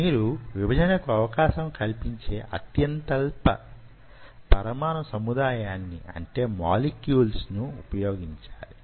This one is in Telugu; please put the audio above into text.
మీరు విభజనకు అవకాశం కల్పించే అత్యంతల్ప పరమాణు సముదాయాన్ని అంటే మోలిక్యూల్స్ ను ఉపయోగించాలి